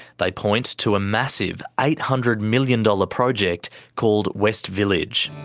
they point to a massive eight hundred million dollars project called west village.